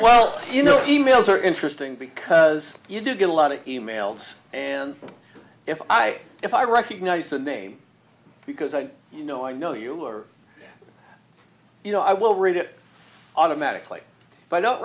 well you know e mails are interesting because you do get a lot of e mails and if i if i recognize the name because i you know i know you were you know i will read it automatically but i don't